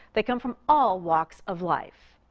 they come from all walks of life.